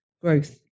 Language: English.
growth